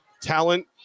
Talent